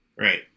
right